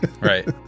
right